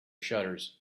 shutters